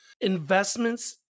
investments